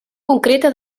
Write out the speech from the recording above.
concreta